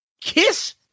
Kiss